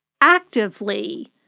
actively